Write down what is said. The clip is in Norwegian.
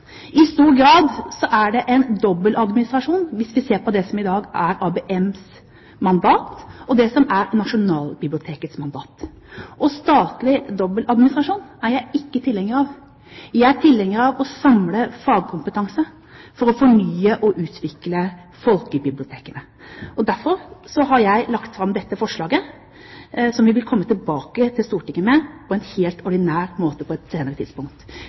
I stor grad er det en dobbeltadministrasjon, hvis vi ser på det som i dag er ABM-utviklings mandat og det som er Nasjonalbibliotekets mandat. Og statlig dobbeltadministrasjon er jeg ikke tilhenger av. Jeg er tilhenger av å samle fagkompetanse for å fornye og utvikle folkebibliotekene. Derfor har jeg lagt fram dette forslaget, som vi vil komme tilbake til Stortinget med på en helt ordinær måte på et senere tidspunkt.